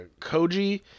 Koji